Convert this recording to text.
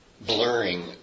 blurring